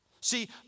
See